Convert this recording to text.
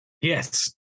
Yes